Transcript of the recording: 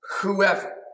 whoever